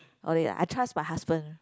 okay I trust my husband